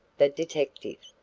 the detective.